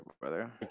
brother